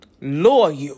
loyal